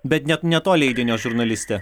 bet net ne to leidinio žurnalistė